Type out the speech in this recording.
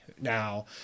Now